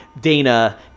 Dana